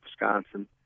Wisconsin